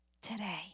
today